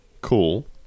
cool